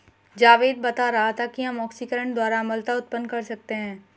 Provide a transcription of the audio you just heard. जावेद बता रहा था कि हम ऑक्सीकरण द्वारा अम्लता उत्पन्न कर सकते हैं